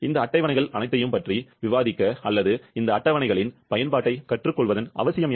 இந்த அட்டவணைகள் அனைத்தையும் பற்றி விவாதிக்க அல்லது இந்த அட்டவணைகளின் பயன்பாட்டைக் கற்றுக்கொள்வதன் அவசியம் என்ன